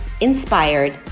inspired